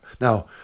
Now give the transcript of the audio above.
Now